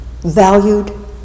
valued